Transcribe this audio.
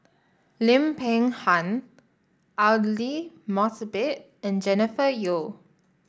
Lim Peng Han Aidli Mosbit and Jennifer Yeo